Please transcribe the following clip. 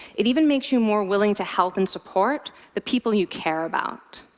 it even makes you more willing to help and support the people you care about.